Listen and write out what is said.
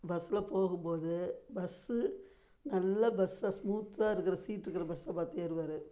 பஸ்ஸில் போகும்போது பஸ்ஸு நல்ல பஸ்ஸாக ஸ்மூத்தாக இருக்கிற சீட்ருக்கிற பஸ்ஸாக பார்த்து ஏறுவார்